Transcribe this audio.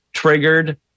Triggered